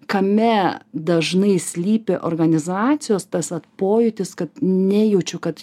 kame dažnai slypi organizacijos tas vat pojūtis kad nejaučiu kad